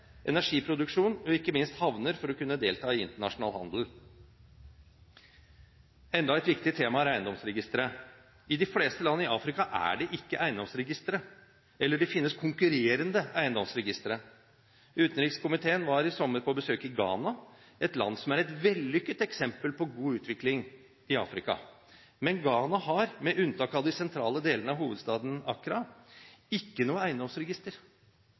energiproduksjon og – ikke minst – havner for å kunne delta i internasjonal handel. Enda et viktig tema er eiendomsregistre. I de fleste land i Afrika er det ikke eiendomsregistre, eller det finnes konkurrerende eiendomsregistre. Utenrikskomiteen var i sommer på besøk i Ghana, et land som er et vellykket eksempel på god utvikling i Afrika. Men Ghana har, med unntak av de sentrale delene av hovedstaden Accra, ikke noe eiendomsregister.